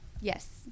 yes